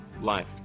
life